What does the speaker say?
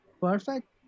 Perfect